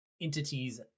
entities